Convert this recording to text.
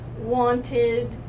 wanted